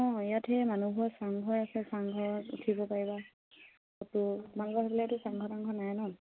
অঁ ইয়াত সেই মানুহবোৰৰ চাংঘৰ আছে চাংঘৰত উঠিব পাৰিবা ফটো তোমালোকৰ সেইফালেতো চাংঘৰ তাংঘৰ নাই নহ্